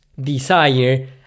desire